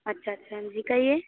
अच्छा अच्छा हाँ जी कहिए